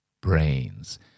brains